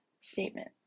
statement